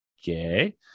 Okay